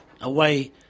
away